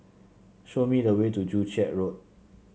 show me the way to Joo Chiat Road